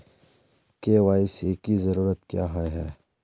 KYC की जरूरत क्याँ होय है?